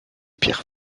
pierres